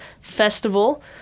festival